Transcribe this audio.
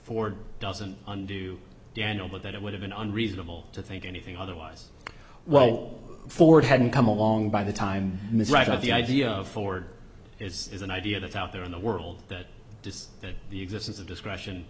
ford doesn't undo danno but that it would have been unreasonable to think anything otherwise well forward hadn't come along by the time ms right about the idea of forward is is an idea that's out there in the world that does that the existence of discretion